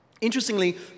Interestingly